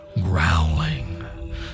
growling